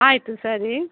ಆಯ್ತು ಸರಿ